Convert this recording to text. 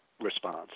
response